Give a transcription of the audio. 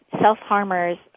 self-harmers